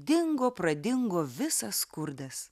dingo pradingo visas skurdas